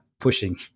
pushing